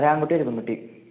ഒരു ആൺകുട്ടിയും ഒരു പെൺകുട്ടിയും